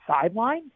sideline